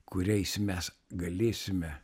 kuriais mes galėsime